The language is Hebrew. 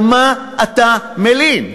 על מה אתה מלין?